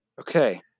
Okay